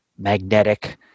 magnetic